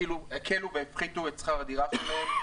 כאילו הקלו והפחיתו את שכר הדירה שלהם,